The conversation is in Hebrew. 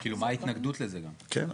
גם מהי ההתנגדות לכך?